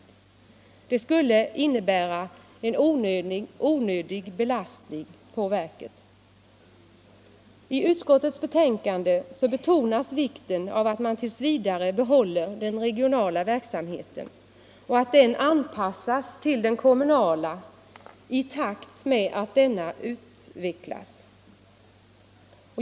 Det skulle innebära en onödig belastning på verket. I utskottets betänkande betonas vikten av att man tills vidare behåller den regionala verksamheten och att den anpassas till den kommunala i takt med att denna utvecklas.